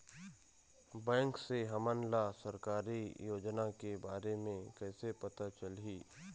Bank से हमन ला सरकारी योजना के बारे मे कैसे पता चलही?